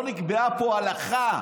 לא נקבעה פה הלכה.